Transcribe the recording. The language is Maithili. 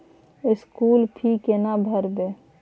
स्कूल फी केना भरबै?